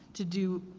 to do,